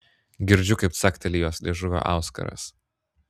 girdžiu kaip cakteli jos liežuvio auskaras